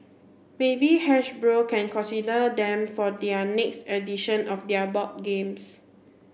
maybe Hasbro can consider them for their next edition of their board games